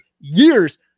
years